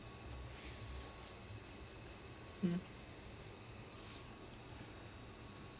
mm